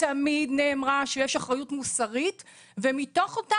תמיד נאמר שיש אחריות מוסרית ומתוך אותה